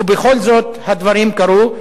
ובכל זאת הדברים קרו.